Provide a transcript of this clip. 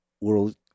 world